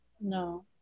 No